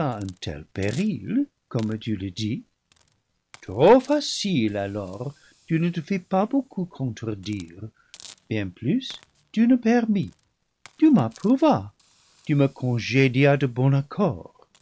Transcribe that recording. péril comme tu le dis trop facile alors tu ne te fis pas beaucoup contre dire bien plus tu me permis tu m'approuvas tu me congé dias de bon accord